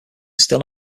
still